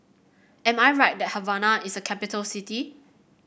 am I right that Havana is a capital city